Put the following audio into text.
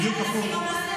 בדיוק הפוך.